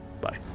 Bye